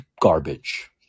Garbage